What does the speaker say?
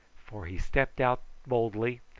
for he stepped out boldly,